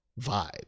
vibe